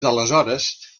d’aleshores